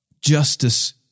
justice